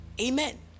amen